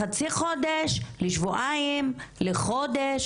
לחצי חודש, לשבועיים, לחודש